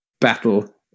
battle